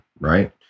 right